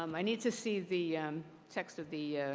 um i need to see the text of the